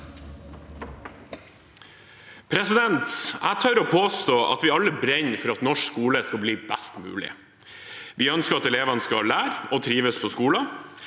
Jeg tør påstå at vi alle brenner for at norsk skole skal bli best mulig. Vi ønsker at elevene skal lære og trives på skolen,